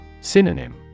Synonym